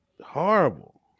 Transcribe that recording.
horrible